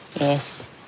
Yes